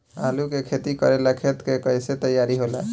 आलू के खेती करेला खेत के कैसे तैयारी होला?